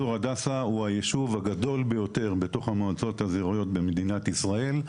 צור הדסה הוא היישוב הגדול ביותר בתוך המועצות האזוריות במדינת ישראל.